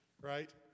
Right